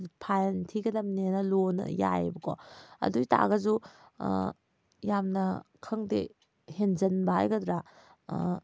ꯐꯥꯏꯟ ꯊꯤꯒꯗꯝꯅꯦꯅ ꯂꯣꯅ ꯌꯥꯏꯌꯦꯕꯀꯣ ꯑꯗꯨꯑꯣꯏ ꯇꯥꯔꯒꯁꯨ ꯌꯥꯝꯅ ꯈꯪꯗꯦ ꯍꯦꯟꯖꯟꯕ ꯍꯥꯏꯒꯗ꯭ꯔꯥ